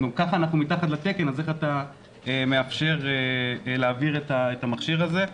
אם גם ככה אנחנו מתחת לתקן אז איך אתה מאפשר להעביר את המכשיר הזה.